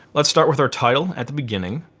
let's start with our title at the beginning.